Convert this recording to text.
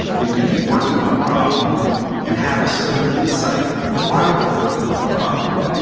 they could be working on a problem and have a sudden insight while they're working on the problem.